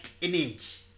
image